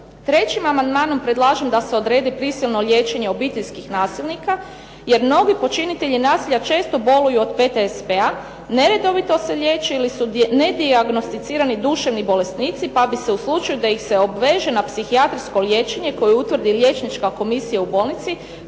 Trećim amandmanom predlažem da se odrede prisilno liječenje obiteljskih nasilnika jer mnogi počinitelji nasilja često boluju od PTSP-a, neredovito se liječe ili su nedijagnosticirani duševni bolesnici pa bi se u slučaju da ih se obveže na psihijatrijsko liječenje koje utvrdi liječnička komisija u bolnici,